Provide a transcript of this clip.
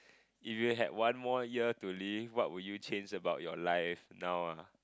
if you had one more year to live what would you change about your life now uh